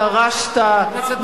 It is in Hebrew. דרשת,